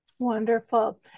Wonderful